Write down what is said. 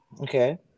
Okay